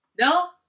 No